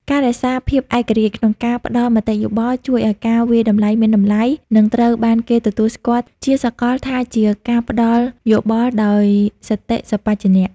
ការរក្សាភាពឯករាជ្យក្នុងការផ្តល់មតិយោបល់ ជួយឱ្យការវាយតម្លៃមានតម្លៃ និងត្រូវបានគេទទួលស្គាល់ជាសកលថាជាការផ្តល់យោបល់ដោយសតិសម្បជញ្ញៈ។